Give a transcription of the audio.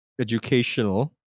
educational